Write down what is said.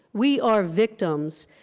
we are victims.